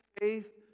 faith